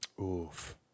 Oof